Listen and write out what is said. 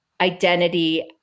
identity